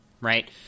right